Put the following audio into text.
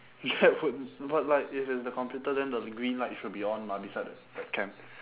ya but but like if it's the computer then the green light should be on mah beside the webcam